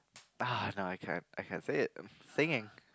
uh no I can I can say it singing